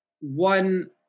one